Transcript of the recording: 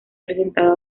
presentado